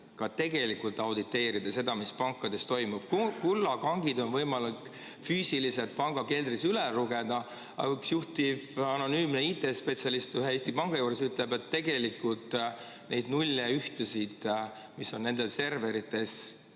tegelikult auditeerida seda, mis pankades toimub? Füüsilised kullakangid on võimalik panga keldris üle lugeda, aga üks juhtiv anonüümne IT-spetsialist ühe Eesti panga juures ütleb, et tegelikult neid nulle ja ühtesid, mis on nendel serverites,